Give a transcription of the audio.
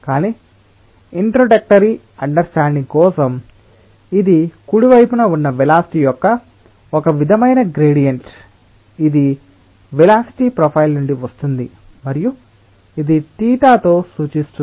కానీ introductory understanding కోసం ఇది కుడి వైపున ఉన్న వెలాసిటి యొక్క ఒక విధమైన గ్రేడియంట్ ఇది వెలాసిటి ప్రొఫైల్ నుండి వస్తుంది మరియు ఇది θ తో సూచిస్తుంది